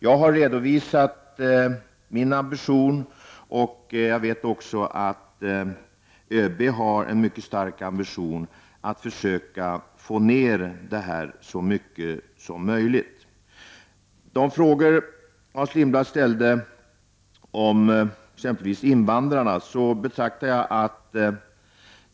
Jag har redovisat min ambition. Jag vet att också ÖB har en mycket stark ambition att försöka få bort dessa missförhållanden så mycket som möjligt. Hans Lindblad frågade vad jag har att säga om invandrarna.